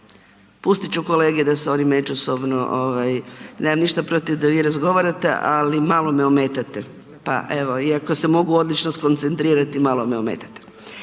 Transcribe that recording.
pustit ću kolege da se oni međusobno, nemam ništa protiv da vi razgovarate, ali malo me ometate, pa evo, iako se mogu odlično skoncentrirati, malo me ometate.